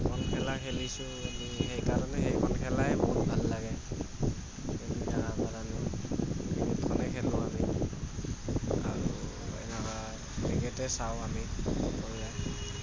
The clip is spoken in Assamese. যোনখন খেলা খেলিছোঁ খালী সেইকাৰণে সেইখন খেলাই মোৰ ভাল লাগে সেইখনে খেলোঁ আমি আৰু এনেকৈ ক্ৰিকেটে চাওঁ আমি